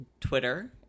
Twitter